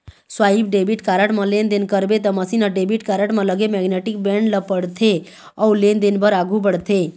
swipe debit card म लेनदेन करबे त मसीन ह डेबिट कारड म लगे मेगनेटिक बेंड ल पड़थे अउ लेनदेन बर आघू बढ़थे